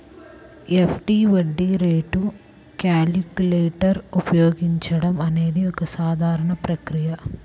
FD వడ్డీ rate calculator ఉపయోగించడం అనేది ఒక సాధారణ ప్రక్రియ